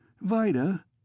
Vida